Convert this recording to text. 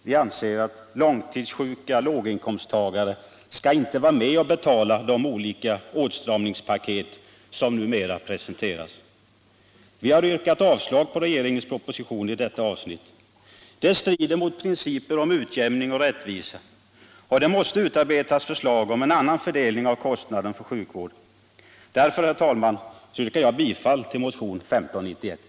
Vi anser att långtidssjuka låginkomsttagare inte skall vara med och betala de olika åtstramningspaket som numera presenteras. Vi har yrkat avslag på regeringens proposition i detta avsnitt. Det strider mot principen om utjämning och rättvisa, och det måste utarbetas förslag om annan fördelning av kostnaden för sjukvården. Därför, herr talman, yrkar jag bifall till motionen 1591.